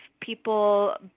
people